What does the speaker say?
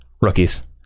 rookies